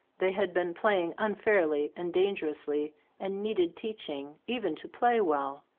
they had been playing unfairly and dangerously and needed teaching, even to play well.